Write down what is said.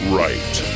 right